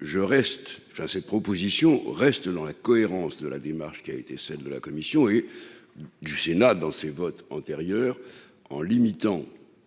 je reste enfin cette propositions reste dans la cohérence de la démarche qui a été celle de la commission du Sénat dans ses votes antérieurs en limitant